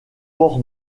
port